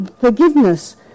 forgiveness